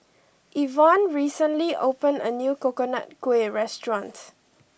Evonne recently opened a new Coconut Kuih restaurant